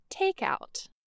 takeout